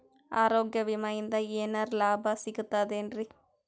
ಆರೋಗ್ಯ ವಿಮಾದಿಂದ ಏನರ್ ಲಾಭ ಸಿಗತದೇನ್ರಿ?